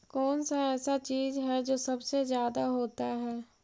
कौन सा ऐसा चीज है जो सबसे ज्यादा होता है?